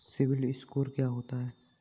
CIBIL score क्या होता है?